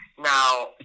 Now